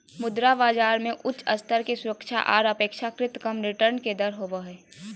मुद्रा बाजार मे उच्च स्तर के सुरक्षा आर अपेक्षाकृत कम रिटर्न के दर होवो हय